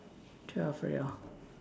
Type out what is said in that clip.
twelve already hor